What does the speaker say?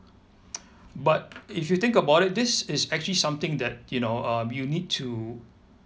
but if you think about it this is actually something that you know uh you need to